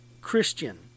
Christian